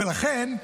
ולרשע,